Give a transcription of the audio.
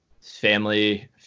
Family